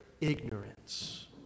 ignorance